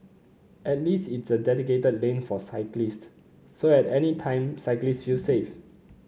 at least it's a dedicated lane for cyclists so at any time cyclists feel safe